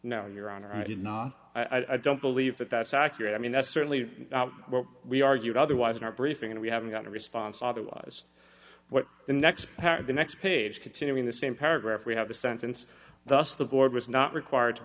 no your honor i did not i don't believe that that's accurate i mean that's certainly what we argued otherwise in our briefing and we haven't got a response otherwise what's the next the next page continuing the same paragraph we have the sentence thus the board was not required to